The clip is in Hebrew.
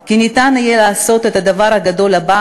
כי אפשר יהיה לעשות את הדבר הגדול הבא